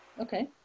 Okay